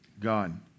God